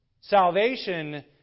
Salvation